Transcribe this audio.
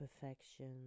perfection